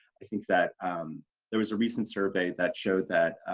i think that there was a recent survey that showed that